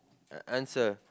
uh answer